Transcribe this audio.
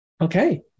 okay